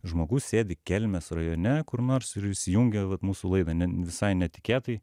žmogus sėdi kelmės rajone kur nors ir įsijungia vat mūsų laidą ne visai netikėtai